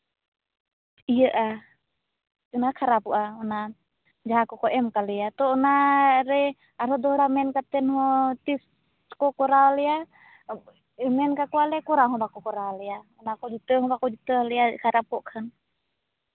ᱤᱭᱟᱹᱜᱼᱟ ᱫᱚᱢᱮ ᱠᱷᱟᱨᱟᱯᱚᱜᱼᱟ ᱚᱱᱟ ᱡᱟᱦᱟᱸ ᱠᱚᱠᱚ ᱮᱢ ᱠᱟᱜ ᱞᱮᱭᱟ ᱛᱚ ᱚᱱᱟᱨᱮ ᱟᱨᱦᱚᱸ ᱫᱚᱦᱲᱟ ᱢᱮᱱ ᱠᱟᱛᱮ ᱦᱚᱸ ᱛᱤᱥ ᱠᱚ ᱠᱚᱨᱟᱣ ᱞᱮᱭᱟ ᱢᱮᱱ ᱠᱟᱠᱚᱣᱟᱞᱮ ᱠᱚᱨᱟᱣ ᱦᱚᱸ ᱵᱟᱠᱚ ᱠᱚᱨᱟᱣ ᱞᱮᱭᱟ ᱚᱱᱟ ᱠᱚ ᱡᱤᱛᱟᱹᱣ ᱦᱚᱸ ᱵᱟᱠᱚ ᱡᱤᱛᱟᱹᱣ ᱟᱞᱮᱭᱟ ᱠᱷᱟᱨᱟᱯᱚᱜ ᱠᱷᱟᱱ